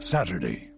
Saturday